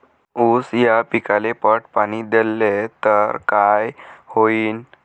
ऊस या पिकाले पट पाणी देल्ल तर काय होईन?